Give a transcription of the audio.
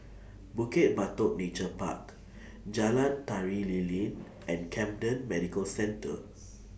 Bukit Batok Nature Park Jalan Tari Lilin and Camden Medical Centre